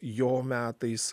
jo metais